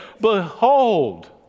Behold